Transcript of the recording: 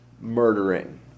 murdering